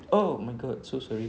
oh my god so sorry